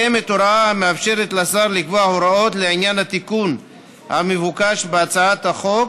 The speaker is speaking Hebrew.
קיימת הוראה המאפשרת לשר לקבוע הוראות לעניין התיקון המבוקש בהצעת החוק,